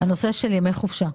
הנושא של ימי חופשה.